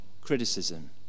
criticism